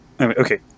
Okay